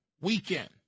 weekend